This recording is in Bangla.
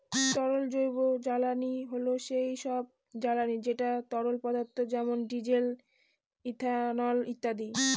তরল জৈবজ্বালানী হল সেই সব জ্বালানি যেটা তরল পদার্থ যেমন ডিজেল, ইথানল ইত্যাদি